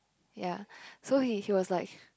ya so he he was like